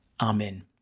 Amen